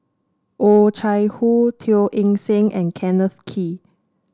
Oh Chai Hoo Teo Eng Seng and Kenneth Kee